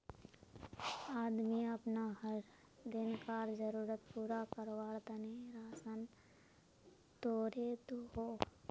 आदमी अपना हर दिन्कार ज़रुरत पूरा कारवार तने राशान तोड़े दोहों